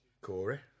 Corey